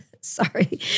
Sorry